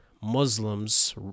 Muslims